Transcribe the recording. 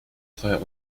treuer